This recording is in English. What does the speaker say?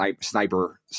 sniper